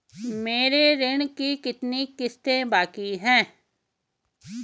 मेरे ऋण की कितनी किश्तें बाकी हैं?